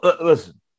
listen